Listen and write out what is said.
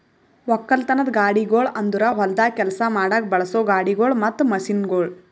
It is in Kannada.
ಒಕ್ಕಲತನದ ಗಾಡಿಗೊಳ್ ಅಂದುರ್ ಹೊಲ್ದಾಗ್ ಕೆಲಸ ಮಾಡಾಗ್ ಬಳಸೋ ಗಾಡಿಗೊಳ್ ಮತ್ತ ಮಷೀನ್ಗೊಳ್